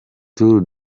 tour